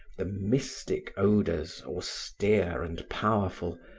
the mystic odors, austere and powerful,